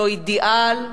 לא אידיאל,